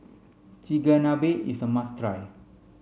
Chigenabe is a must try